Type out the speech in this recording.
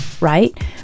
right